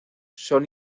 son